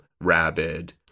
rabid